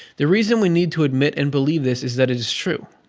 the reason we need to admit and believe this is that it is true.